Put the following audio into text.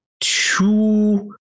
two